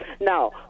Now